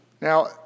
Now